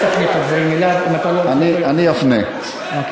אל תפנה את הדברים אליו אם אתה לא רוצה שהוא יפריע לך.